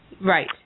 Right